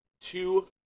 two